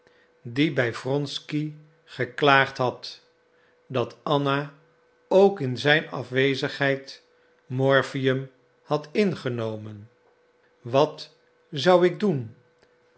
die bij wronsky geklaagd had dat anna ook in zijn afwezigheid morphium had ingenomen wat zou ik doen